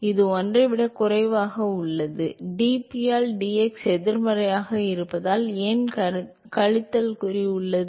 இது 1 ஐ விடக் குறைவாக உள்ளது dp ஆல் dx எதிர்மறையாக இருப்பதால் ஏன் கழித்தல் குறி உள்ளது